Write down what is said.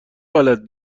بلد